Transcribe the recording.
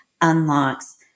unlocks